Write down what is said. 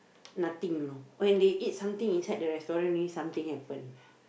nothing you know when they eat something inside the restaurant only something happen